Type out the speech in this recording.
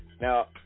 Now